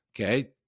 Okay